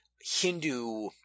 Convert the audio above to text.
Hindu